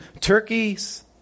turkeys